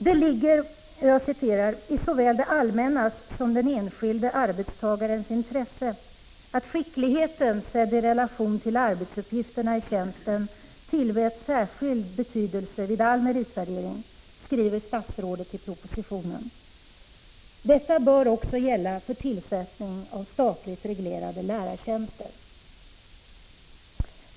Det ligger ”i såväl det allmännas som den enskilde arbetstagarens intresse att skickligheten sedd i relation till arbetsuppgifterna i tjänsten tillmäts särskild betydelse vid all meritvärdering”', skriver statsrådet i propositionen. Detta bör också gälla för tillsättning av statligt reglerade lärartjänster.